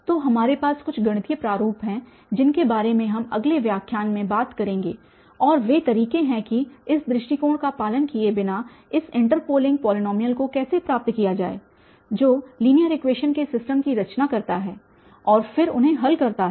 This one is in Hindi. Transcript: तो हमारे पास कुछ गणितीय प्रारूप हैं जिनके बारे में हम अगले व्याख्यान में बात करेंगे और वे तरीके हैं कि इस दृष्टिकोण का पालन किए बिना इस इंटरपोलिंग पॉलीनॉमियल को कैसे प्राप्त किया जाए जो लीनियर इक्वेशन्स के सिस्टम की रचना करता है और फिर उन्हें हल करता है